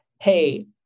hey